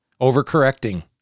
overcorrecting